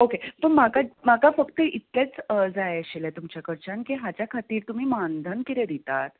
okay so म्हाका म्हाका फक्त इतलेंच जाय आशिल्लें तुमचे कडच्यान की हाचे खातीर तुमी मान धन कितें दितात